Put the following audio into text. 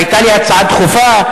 היתה לי הצעה דחופה,